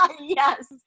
Yes